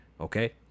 Okay